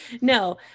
No